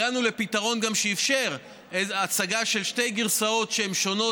הגענו לפתרון שאִפשר הצגה של שתי גרסאות שהן שונות,